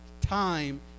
time